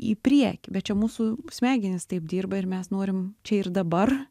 į priekį bet čia mūsų smegenys taip dirba ir mes norim čia ir dabar